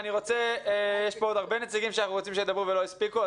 יש לי כאן רשימה של עוד הרבה נציגים שאנחנו רוצים לדבר ועוד לא הספיקו.